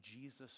Jesus